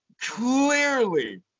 clearly